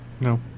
No